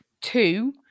Two